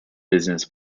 business